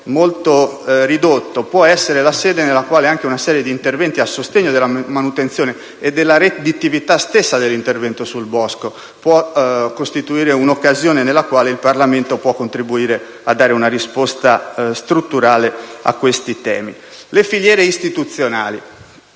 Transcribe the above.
molto ridotto, può essere sede anche di una serie di interventi a sostegno della manutenzione e della redditività stessa dell'intervento sul bosco ed il suo esame può costituire un'occasione nella quale il Parlamento può contribuire a dare una risposta strutturale a questi temi. Quanto alle filiere istituzionali,